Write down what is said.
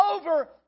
over